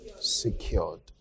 Secured